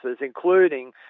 including